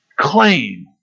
claim